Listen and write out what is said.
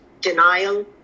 denial